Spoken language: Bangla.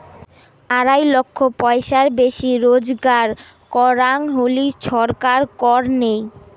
আড়াই লক্ষ পয়সার বেশি রুজগার করং হলি ছরকার কর নেই